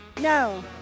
No